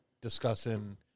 discussing